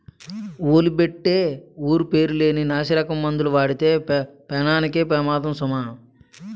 ఓలి బొట్టే ఊరు పేరు లేని నాసిరకం మందులు వాడితే పేనానికే పెమాదము సుమా